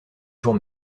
jours